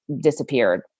disappeared